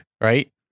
right